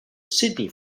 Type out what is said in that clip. sydney